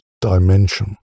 dimension